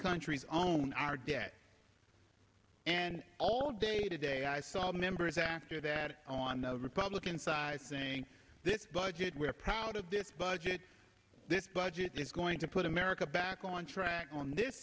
countries own our debt and all day today i saw members after that on the republican side saying this budget we're proud of this budget this budget is going to put america back on track on this